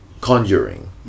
conjuring